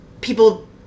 people